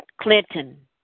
Clinton